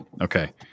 Okay